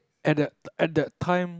at that at that time